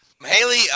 Haley